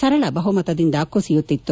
ಸರಳ ಬಹುಮತದಿಂದ ಕುಸಿಯುತ್ತಿತ್ತು